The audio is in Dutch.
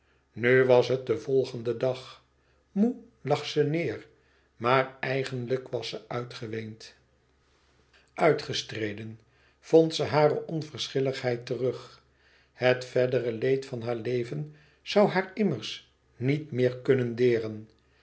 nu was het de volgende dag moê lag ze neêr maar eigenlijk was ze uitgeweend uitgestreden vond ze hare onverschilligheid terug het verdere leed van haar leven zoû haar immers niet meer kunnen deren